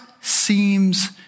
seems